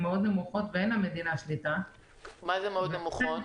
מאוד נמוכות ואין למדינה שליטה --- מה זה "מאוד נמוכות"?